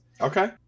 Okay